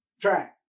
track